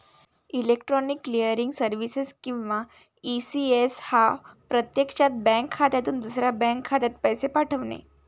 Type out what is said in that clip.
electronic clearing services किंवा ECS हा प्रत्यक्षात बँक खात्यातून दुसऱ्या बँक खात्यात पैसे पाठवणे